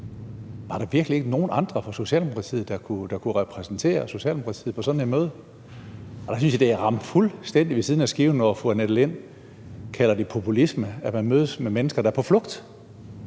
var der virkelig ikke nogen andre fra Socialdemokratiet, der kunne repræsentere Socialdemokratiet på sådan et møde? Der synes jeg, det er ramt fuldstændig ved siden af skiven, når fru Annette Lind kalder det populisme, at man mødes med mennesker, der er på flugt.